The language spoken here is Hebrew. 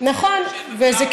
וגם אחריות, של מבוגר אחראי.